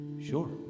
Sure